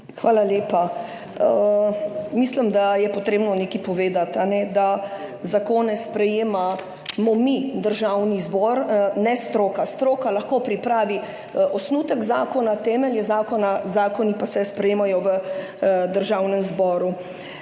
Hvala lepa. Mislim, da je potrebno nekaj povedati, da zakone sprejemamo mi, Državni zbor, ne stroka. Stroka lahko pripravi osnutek zakona, temelje zakona, zakoni pa se sprejemajo v Državnem zboru.